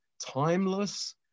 timeless